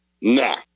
Nah